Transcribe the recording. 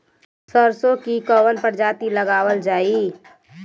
सरसो की कवन प्रजाति लगावल जाई?